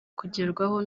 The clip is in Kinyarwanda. kugerwaho